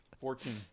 Fourteen